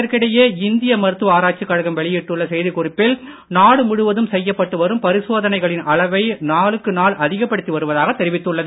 இதற்கிடையே இந்திய மருத்துவ ஆராய்ச்சி கழகம் வெளியிட்டுள்ள செய்தி குறிப்பில் நாடு முழுவதும் செய்யப்பட்டு வரும் பரிசோதனைகளின் அளவை நாளுக்கு நாள் அதிகப்படுத்தி வருவதாக தெரிவித்துள்ளது